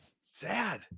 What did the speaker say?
sad